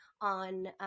on